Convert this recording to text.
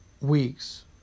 weeks